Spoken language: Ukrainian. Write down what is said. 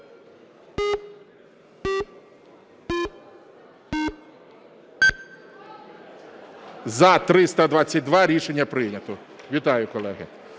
За-322 Рішення прийнято. Вітаю, колеги!